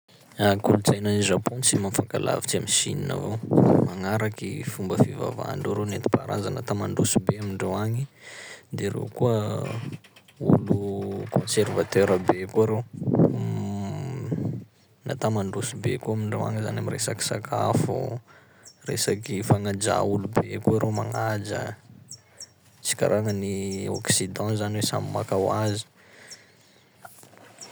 Kolotsaina any Japon tsy mafankalavitsy amy Chine avao, magnaraky fomba fivavahandreo rô nentim-paharaza nata mandroso be amindreo agny, de reo koa olo conservateur be koa reo nata mandroso be koa amindreo agny zany am' resaky sakafo, resaky fagnajà olo be koa rô magnaja, tsy karaha gnan'ny occident zany hoe samy maka ho azy.